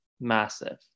massive